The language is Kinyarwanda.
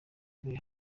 uvuye